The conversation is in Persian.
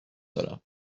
دارم